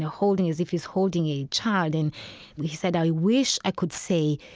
holding as if he's holding a child. and he said, i wish i could say,